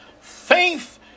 Faith